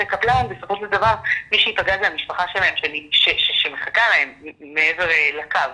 הקבלן ובסופו של דבר מי שיפגע זה המשפחה שלהם שמחכה להם מעבר לקו.